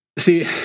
see